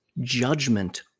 judgment